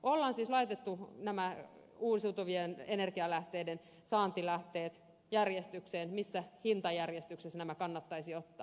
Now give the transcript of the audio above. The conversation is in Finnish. on siis laitettu nämä uusiutuvien energialähteiden saantilähteet järjestykseen missä hintajärjestyksessä nämä kannattaisi ottaa